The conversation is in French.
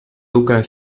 aucun